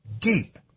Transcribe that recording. deep